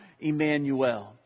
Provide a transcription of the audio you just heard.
Emmanuel